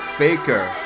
faker